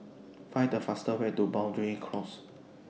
Find The fastest Way to Boundary Close